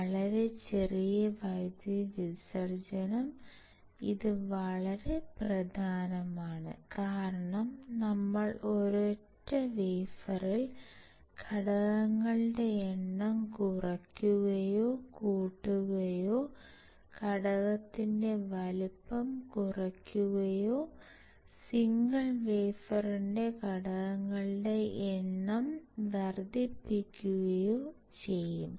വളരെ ചെറിയ വൈദ്യുതി വിസർജ്ജനം ഇത് വളരെ പ്രധാനമാണ് കാരണം നമ്മൾ ഒരൊറ്റ വേഫറിൽ ഘടകങ്ങളുടെ എണ്ണം കുറയ്ക്കുകയോ കൂട്ടുകയോ ഘടകത്തിന്റെ വലുപ്പം കുറയ്ക്കുകയോ സിംഗിൾ വേഫറിലെ ഘടകങ്ങളുടെ എണ്ണം വർദ്ധിപ്പിക്കുകയോ ചെയ്യും